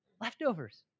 Leftovers